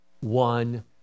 one